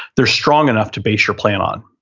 they're strong enough to base your plan on.